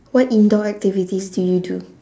what indoor activities do you do